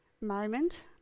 moment